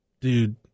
Dude